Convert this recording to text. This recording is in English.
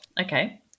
okay